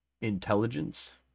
intelligence